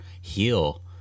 heal